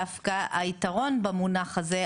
דווקא היתרון במונח הזה,